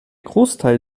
großteil